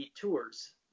tours